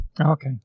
Okay